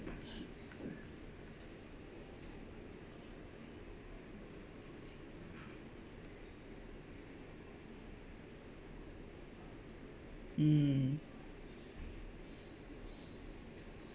mm